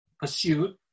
pursued